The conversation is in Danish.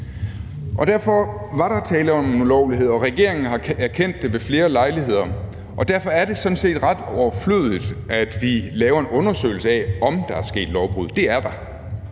Derfor var der tale om en ulovlighed. Regeringen har erkendt det ved flere lejligheder, og derfor er det sådan set ret overflødigt, at vi laver en undersøgelse af, om der er sket lovbrud – det er der!